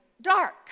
dark